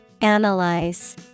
Analyze